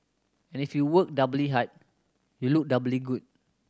and if you work doubly hard you look doubly good